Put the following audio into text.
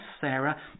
Sarah